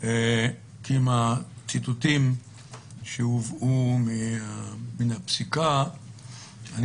כי מהציטוטים שהובאו מן הפסיקה אני